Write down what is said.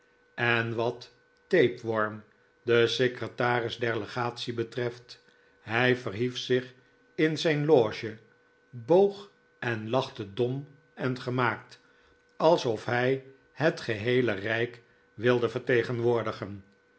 en wat tapeworm de secretaris der legatie betreft hij verhief zich in zijn loge boog en lachte dom en gemaakt alsof hij het geheele rijk wilde vertegenwoordigen